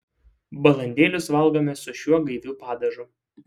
balandėlius valgome su šiuo gaiviu padažu